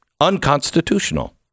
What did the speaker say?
unconstitutional